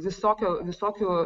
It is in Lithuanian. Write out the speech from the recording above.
visokių visokių